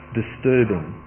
disturbing